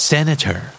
Senator